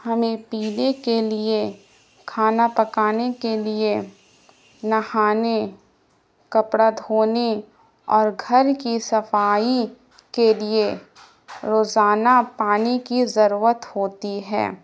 ہمیں پینے کے لیے کھانا پکانے کے لیے نہانے کپڑا دھونے اور گھر کی صفائی کے لیے روزانہ پانی کی ضرورت ہوتی ہے